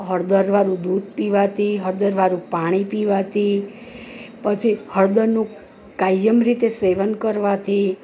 હળદરવાળું દૂધ પીવાથી હળદરવાળું પાણી પીવાથી પછી હળદરનું કાયમ રીતે સેવન કરવાથી